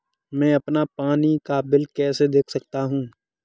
मैं अपना पानी का बिल कैसे देख सकता हूँ?